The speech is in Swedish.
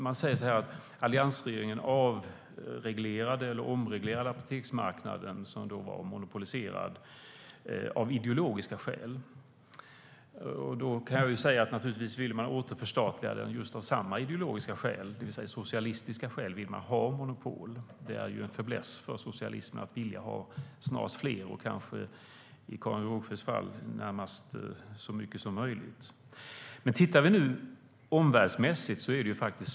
Man säger att alliansregeringen omreglerade apoteksmarknaden, som varit monopoliserad, av ideologiska skäl. Men naturligtvis vill man också återförstatliga den av ideologiska skäl. Av socialistiska skäl vill man ha monopol. Socialister har en fäbless för att få fler monopol, i Karin Rågsjös fall kanske snarast så många som möjligt. Men låt oss titta på omvärlden!